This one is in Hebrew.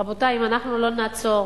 רבותי, אם אנחנו לא נעצור,